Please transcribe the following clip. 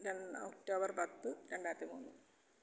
രണ്ട് ഒക്ടോബർ പത്ത് രണ്ടായിരത്തി മൂന്ന്